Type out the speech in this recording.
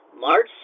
March